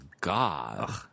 God